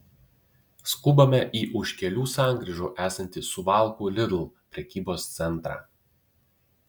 skubame į už kelių sankryžų esantį suvalkų lidl prekybos centrą